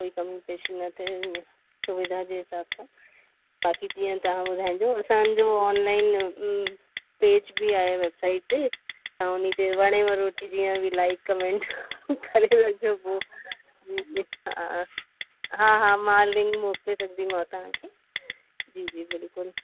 कोई कमपेशी न थिए ईअं सुविधा जे हिसाब सां बाक़ी जीअं तव्हां ॿुधाईंजो असांजो ऑन लाइन पेज बि आहे वेबसाइट ते तव्हां उन ते वणेव रोटी जीअं बि लाइक कमेंट करे रखिजो पोइ जी जी हा हा हा मां लिंक मोकिले रखदीमाव तव्हांखे जी जी बिल्कुलु